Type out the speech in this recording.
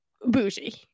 Bougie